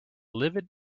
livid